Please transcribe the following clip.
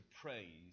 praise